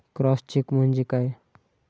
Cross check म्हणजे काय?